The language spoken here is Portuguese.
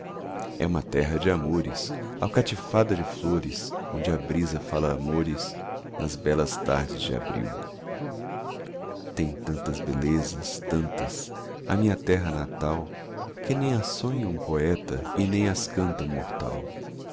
é uma terra de amores alcatifada de flores onde a brisa fala amores nas belas tardes de abril tem tantas belezas tantas a minha terra natal que nem as sonha um poeta e nem as canta um mortal